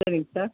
சரிங் சார்